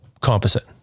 composite